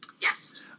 Yes